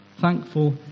thankful